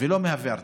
ולא מהווה הרתעה.